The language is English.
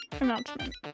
announcement